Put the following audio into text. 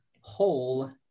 whole